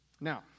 Now